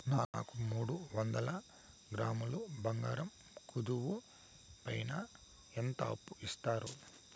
నాకు మూడు వందల గ్రాములు బంగారం కుదువు పైన ఎంత అప్పు ఇస్తారు?